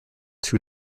two